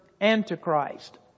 Antichrist